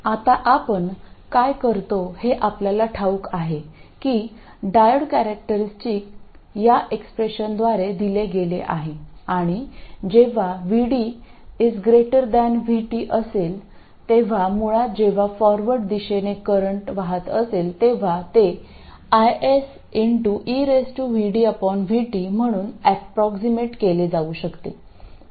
तर आता आपण काय करतो हे आपल्याला ठाऊक आहे की डायोड कॅरॅक्टेरिस्टिक या एक्सप्रेशनद्वारे दिले गेले आहे आणि जेव्हा VD Vt असेल किंवा मुळात जेव्हा फॉरवर्ड दिशेने करंट वाहत असेल तेव्हा ते IS eVdVt म्हणून अप्रॉक्सीमेट केले जाऊ शकते